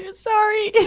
and sorry.